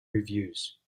reviews